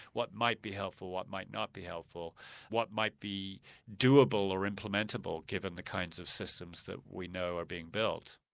what might be helpful, what might not be helpful what might be doable or implementable given the kinds of systems we know are being built.